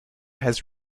has